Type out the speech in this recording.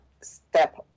step